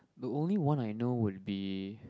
the only one I know would be